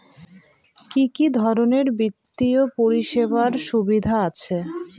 কি কি ধরনের বিত্তীয় পরিষেবার সুবিধা আছে?